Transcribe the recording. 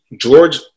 George